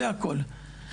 זה הכל.